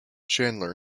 chandler